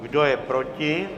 Kdo je proti?